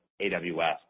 AWS